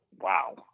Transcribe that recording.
wow